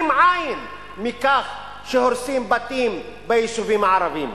עין מכך שהורסים בתים ביישובים הערביים.